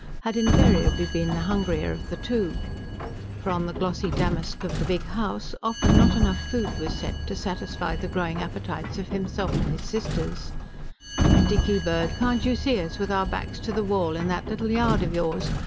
had invariably been the hungrier of the two for, on the glossy damask of the big house, often not enough food was set to satisfy the growing appetites of himself and his sisters dickybird, can't you see us, with our backs to the wall, in that little yard of yours,